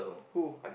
who